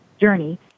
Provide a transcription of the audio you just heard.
journey